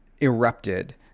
erupted